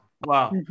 Wow